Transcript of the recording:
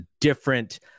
different